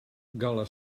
gala